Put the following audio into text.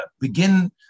begin